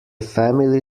family